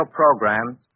programs